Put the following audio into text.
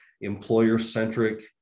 employer-centric